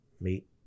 meet